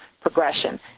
progression